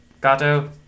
Gato